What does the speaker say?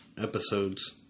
episodes